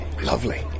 Lovely